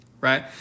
right